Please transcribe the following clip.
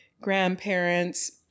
grandparents